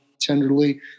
tenderly